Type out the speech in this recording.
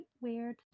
weird